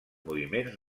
moviments